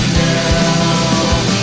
now